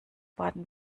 baden